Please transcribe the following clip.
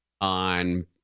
on